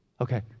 Okay